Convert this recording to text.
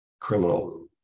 criminal